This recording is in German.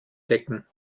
decken